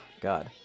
God